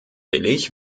billig